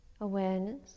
awareness